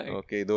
okay